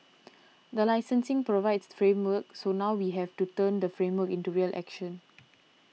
the licensing provides the framework so now we have to turn the framework into real action